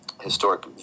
historic